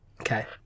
Okay